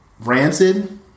Rancid